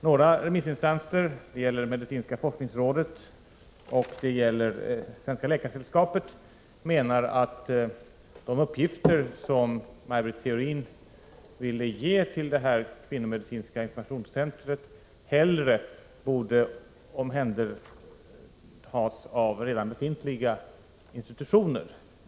Några remissinstanser, det gäller medicinska forskningsrådet och Svenska Läkaresällskapet, menar att de uppgifter som Maj Britt Theorin ville ge till detta kvinnomedicinska informationscentrum hellre borde omhändertas av redan befintliga institutioner.